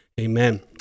Amen